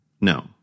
No